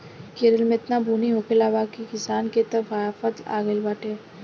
केरल में एतना बुनी होखले बा की किसान के त आफत आगइल बाटे